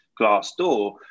Glassdoor